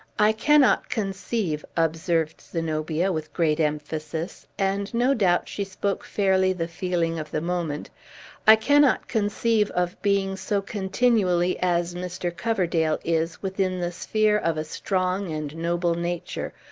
i cannot conceive, observed zenobia with great emphasis and, no doubt, she spoke fairly the feeling of the moment i cannot conceive of being so continually as mr. coverdale is within the sphere of a strong and noble nature,